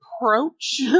approach